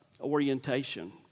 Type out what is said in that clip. orientation